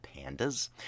pandas